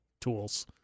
tools